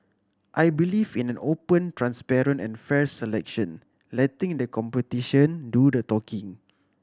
I believe in an open transparent and fair selection letting the competition do the talking